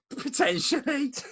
potentially